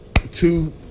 two